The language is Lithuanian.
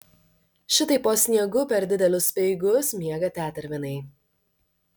šitaip po sniegu per didelius speigus miega tetervinai